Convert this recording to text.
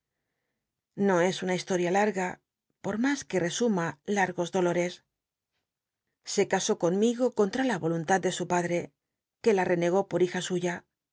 no es una historia larga por mas que rcsuma largos dolores se casó conmigo con tra la volun tad de su paclre que la renegó por hija suya